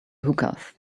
hookahs